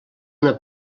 una